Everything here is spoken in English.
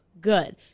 good